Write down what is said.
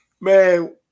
man